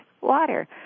water